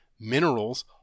minerals